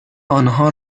آنها